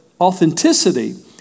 authenticity